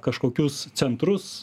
kažkokius centrus